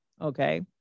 Okay